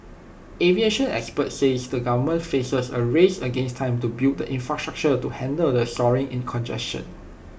aviation experts says the government faces A race against time to build the infrastructure to handle the soaring in congestion